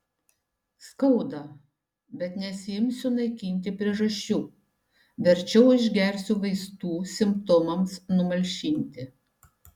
skauda bet nesiimsiu naikinti priežasčių verčiau išgersiu vaistų simptomams numalšinti